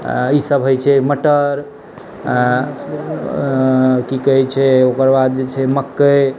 ईसब होइ छै मटर कि कहै छै ओकर बाद जे छै मकइ